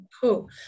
Cool